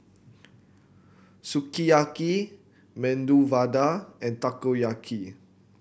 Sukiyaki Medu Vada and Takoyaki